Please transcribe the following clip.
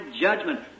judgment